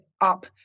up